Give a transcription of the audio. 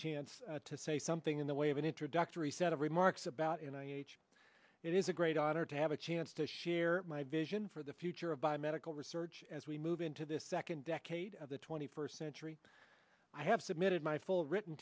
chance to say something in the way of an introductory set of remarks about it and i h it is a great honor to have a chance to share my vision for the future of biomedical research as we move into this second decade of the twenty first century i have submitted my full written